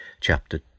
chapter